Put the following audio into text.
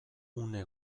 une